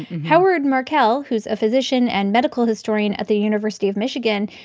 howard markel, who's a physician and medical historian at the university of michigan,